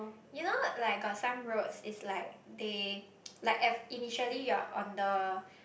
you know like got some roads it's like they like F initially you are on the